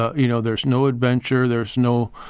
you know, there's no adventure. there's no,